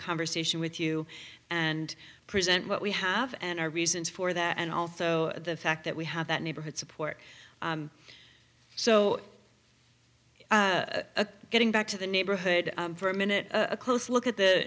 conversation with you and present what we have and our reasons for that and also the fact that we have that neighborhood support so a getting back to the neighborhood for a minute a close look at the